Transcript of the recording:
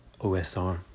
OSR